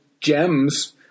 gems